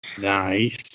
nice